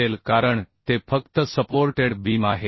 असेल कारण ते फक्त सपोर्टेड बीम आहे